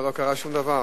לא קרה שום דבר.